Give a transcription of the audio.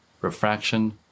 refraction